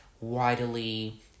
widely